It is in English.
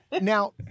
Now